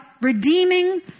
redeeming